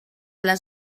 les